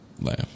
laugh